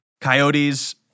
coyotes